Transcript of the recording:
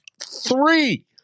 three